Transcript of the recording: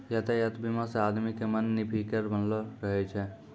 यातायात बीमा से आदमी के मन निफिकीर बनलो रहै छै